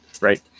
right